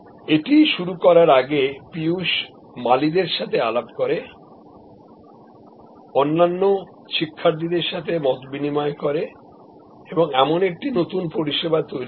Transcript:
এটি শুরু করার জন্য পিয়ুষ মালি এবং অন্যান্য শিক্ষার্থীদের সাথে আলোচনা করে একটি নতুন পরিষেবা তৈরি করে